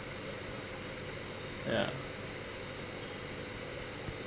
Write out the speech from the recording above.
ya